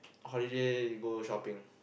holiday you go shopping